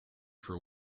for